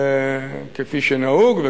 כפי שנהוג,